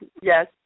Yes